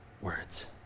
words